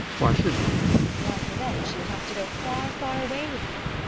why should you be? why, for then she would have to go far, far away with him!